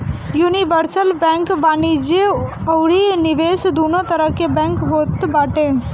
universal bank वाणिज्य अउरी निवेश दूनो तरह के बैंक होत बाटे